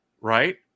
right